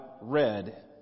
read